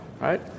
right